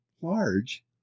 Large